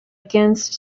against